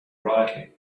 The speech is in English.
brightly